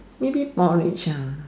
maybe porridge lah